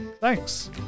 thanks